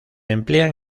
emplean